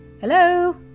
Hello